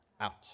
out